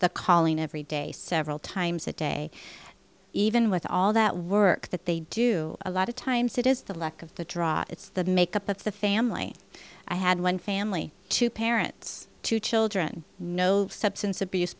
the calling every day several times a day even with all that work that they do a lot of times it is the lack of the drive it's the make up of the family i had one family two parents two children no substance abuse